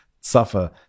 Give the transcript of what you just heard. suffer